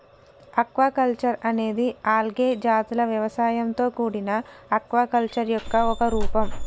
aquaculture అనేది algae జాతుల వ్యవసాయంతో కూడిన ఆక్వాకల్చర్ యొక్క ఒక రూపం